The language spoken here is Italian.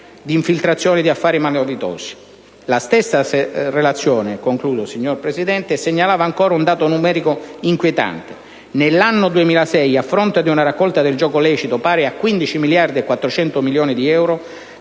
La stessa relazione segnalava ancora un dato numerico inquietante: nell'anno 2006, a fronte di una raccolta del gioco lecito pari a 15 miliardi e 400 milioni di euro,